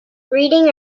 reading